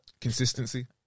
Consistency